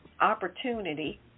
opportunity